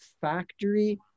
factory